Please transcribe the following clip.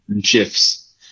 gifs